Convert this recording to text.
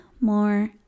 more